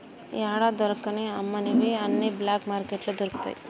యాడా దొరకని అమ్మనివి అన్ని బ్లాక్ మార్కెట్లో దొరుకుతయి